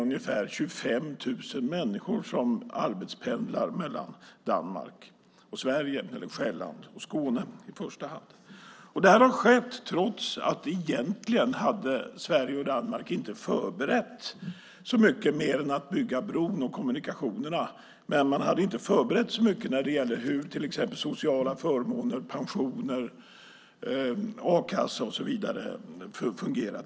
Ungefär 25 000 människor arbetspendlar mellan Danmark och Sverige, mellan Själland och Skåne i första hand. Det här har skett trots att Sverige och Danmark egentligen inte hade förberett så mycket mer än att bygga bron och kommunikationerna. Man hade inte förberett så mycket för hur sociala förmåner, pensioner, a-kassa och så vidare skulle fungera.